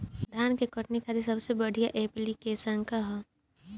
धान के कटनी खातिर सबसे बढ़िया ऐप्लिकेशनका ह?